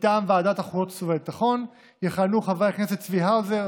מטעם ועדת החוץ והביטחון יכהנו חברי הכנסת צבי האוזר,